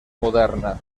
moderna